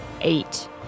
Eight